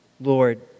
Lord